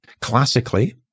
Classically